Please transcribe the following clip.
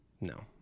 no